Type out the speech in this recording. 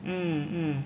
mm mm